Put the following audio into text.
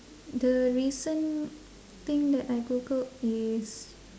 the recent thing that I googled is